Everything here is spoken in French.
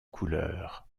couleurs